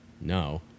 No